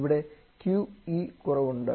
ഇവിടെ QE കുറവുണ്ട്